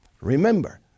Remember